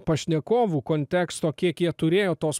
pašnekovų konteksto kiek jie turėjo tos